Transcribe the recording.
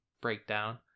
breakdown